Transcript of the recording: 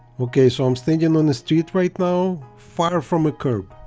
okay so i'm standing on the street right now far from a curb